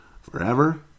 forever